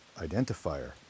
identifier